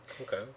Okay